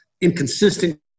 inconsistent